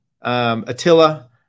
Attila